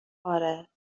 آره